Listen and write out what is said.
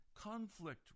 conflict